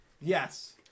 Yes